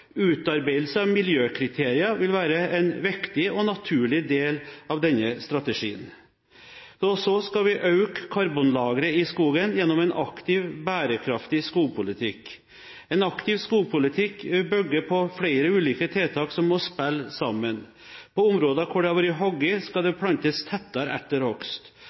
Utarbeidelse av miljøkriterier vil være en viktig og naturlig del av denne strategien. Så skal vi øke karbonlageret i skogen gjennom en aktiv, bærekraftig skogpolitikk. En aktiv skogpolitikk bygger på flere ulike tiltak som må spille sammen. På områder hvor det har vært hugget, skal det plantes tettere etter